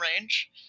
range